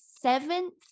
seventh